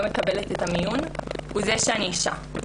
מקבלת את הפנייה למיון היא כי אני אישה.